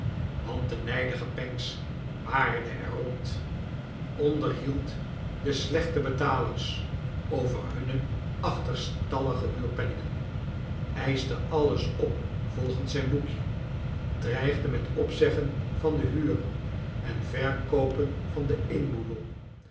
want de nijdige pancks waarde er rond onderhield de slechte betalers over hunne aohterstallige huurpenningen eischte alles op volgens zijn boekje dreigde met opzeggen van de huur en verkoopen van den inboedel